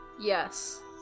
Yes